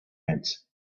ants